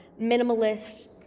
minimalist